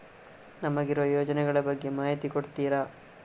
ನಮಗಿರುವ ಯೋಜನೆಗಳ ಬಗ್ಗೆ ಮಾಹಿತಿ ಕೊಡ್ತೀರಾ?